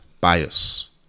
bias